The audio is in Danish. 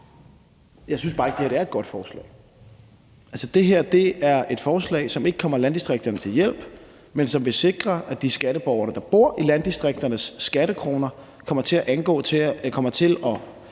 Jeg synes bare ikke, at det her er et godt forslag. Altså, det her er et forslag, som ikke kommer landdistrikterne til gavn, men som vil sikre, at skattekronerne fra de skatteborgere, der bor i landdistrikterne, kommer til at tilgå